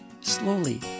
slowly